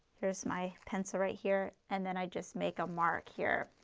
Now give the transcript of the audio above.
here is my pencil right here and then i just make a mark here.